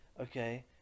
Okay